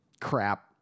crap